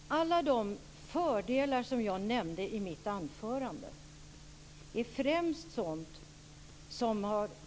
Fru talman! Alla de fördelar som jag nämnde i mitt anförande har främst